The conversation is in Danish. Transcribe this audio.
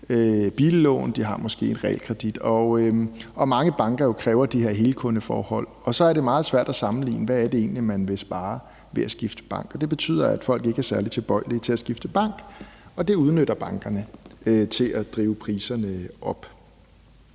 billån, de har måske en realkredit, og mange banker kræver jo de her helkundeforhold, og så er det meget svært at sammenligne, hvad det egentlig er, man vil spare ved at skifte bank. Det betyder, at folk ikke er særlig tilbøjelige til at skifte bank, og det udnytter bankerne til at drive priserne op,